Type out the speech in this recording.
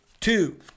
two